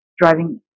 driving